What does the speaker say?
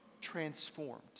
transformed